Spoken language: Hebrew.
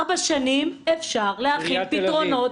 בארבע שנים אפשר להכין באמת פתרונות.